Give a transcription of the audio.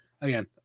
again